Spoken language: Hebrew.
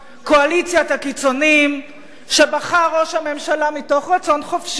קואליציית הקיצונים שבחר ראש הממשלה מתוך רצון חופשי,